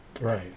Right